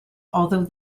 although